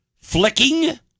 flicking